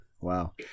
Wow